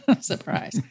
surprise